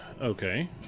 Okay